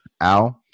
Al